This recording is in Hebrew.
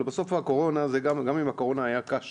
אבל בסוף גם אם הקורונה זה היה הקש